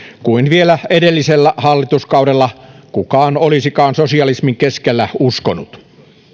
kuin vielä edellisellä hallituskaudella kukaan olisikaan sosialismin keskellä uskonut